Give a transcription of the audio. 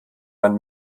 man